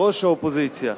ראש האופוזיציה.